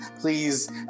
please